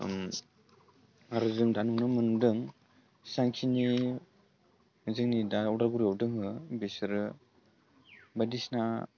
आरो जों दानि नुनो मोन्दों जेसांखिनि जोंनि दा उदालगुरियाव दङ बिसोरो बायदिसिना